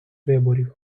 виборів